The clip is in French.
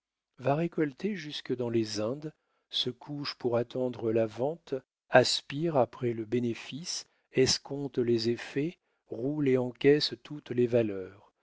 va récolter jusque dans les indes se couche pour attendre la vente aspire après le bénéfice escompte les effets roule et encaisse toutes les valeurs